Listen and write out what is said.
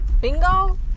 Bingo